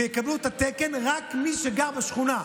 ויקבל את התקן רק מי שגר בשכונה.